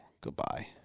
goodbye